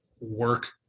work